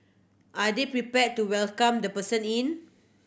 are they prepared to welcome the person in